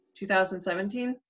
2017